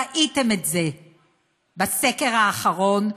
ראיתם את זה בסקר האחרון,